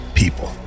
people